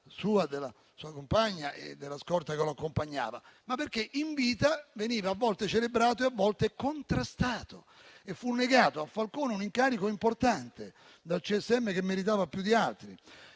della sua compagna e della scorta che lo accompagnava, ma perché in vita veniva a volte celebrato e a volte contrastato. Fu negato a Falcone un incarico importante dal CSM, che meritava più di altri.